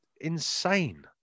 insane